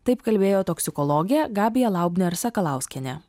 taip kalbėjo toksikologė gabija laubner sakalauskienė